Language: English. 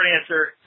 answer